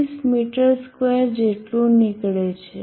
46 metre square જેટલું નીકળે છે